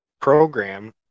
program